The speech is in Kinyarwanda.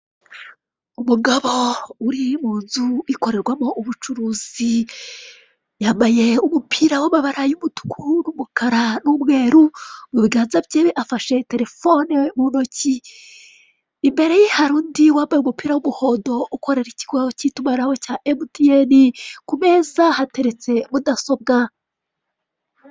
Umugabo uri mu nzu ikorerwamo ubucuruzi, yambaye umupira w' amabara y' umutuku n' umukara n' umweru mu biganza bye. Afashe terefone mu ntoki imbere hari undi wambaye umupira w' umuhondo ukorera ikigo cy' itumanaho cya MTN ku meza hateretse mudasobwa.